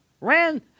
ran